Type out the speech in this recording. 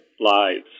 lives